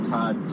Todd